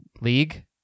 league